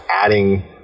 adding